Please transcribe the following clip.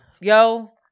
Yo